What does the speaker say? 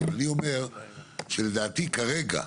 אני אומר שלדעתי כרגע,